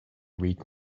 read